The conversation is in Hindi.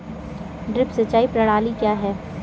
ड्रिप सिंचाई प्रणाली क्या है?